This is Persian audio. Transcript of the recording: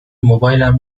موبایلم